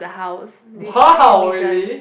wow really